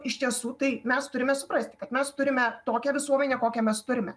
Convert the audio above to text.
iš tiesų tai mes turime suprasti kad mes turime tokią visuomenę kokią mes turime